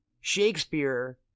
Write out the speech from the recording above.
Shakespeare